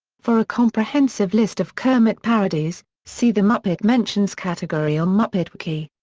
for a comprehensive list of kermit parodies, see the muppet mentions category on muppet wiki.